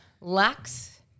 lax